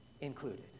included